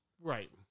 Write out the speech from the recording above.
Right